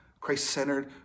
Christ-centered